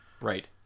Right